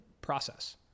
process